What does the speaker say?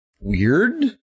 weird